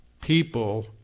people